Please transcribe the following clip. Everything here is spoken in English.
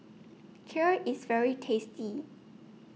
Kheer IS very tasty